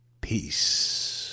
Peace